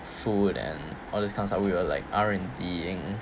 food and all these kind of stuff we were like R&D-ing